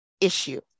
issue